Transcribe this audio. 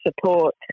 support